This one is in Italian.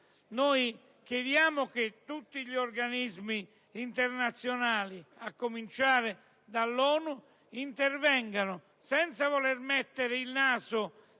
Chiediamo che tutti gli organismi internazionali, a cominciare dall'ONU, intervengano senza voler mettere il naso